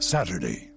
Saturday